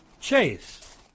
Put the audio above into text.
Chase